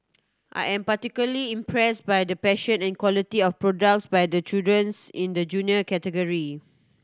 I am particularly impressed by the passion and quality of projects by the children in the Junior category